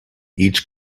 each